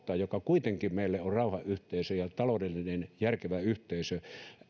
kohtaan joka kuitenkin meille on rauhanyhteisö ja taloudellisesti järkevä yhteisö